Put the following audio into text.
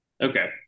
Okay